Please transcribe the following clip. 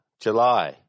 July